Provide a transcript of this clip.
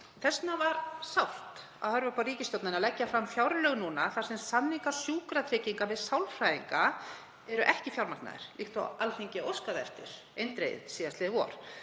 vegna var sárt að horfa upp á ríkisstjórnina leggja fram fjárlög núna þar sem samningar Sjúkratrygginga við sálfræðinga eru ekki fjármagnaðir, líkt og Alþingi óskaði eftir eindregið síðastliðið vor.